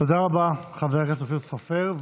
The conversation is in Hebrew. תודה רבה, חבר הכנסת אופיר סופר.